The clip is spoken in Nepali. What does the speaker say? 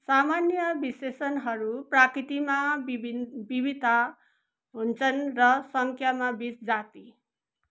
सामान्य विशेषणहरू प्राकृतिकमा विभिन्न विविधता हुन्छन् र सङ्ख्यामा बिस जति